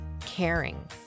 caring